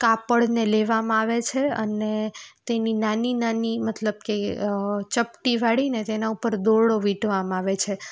કાપડને લેવામાં આવે છે અને તેની નાની નાની મતલબ કે ચપટી વાળીને તેના ઉપર દોરડો વીંટવામાં આવે છે